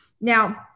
Now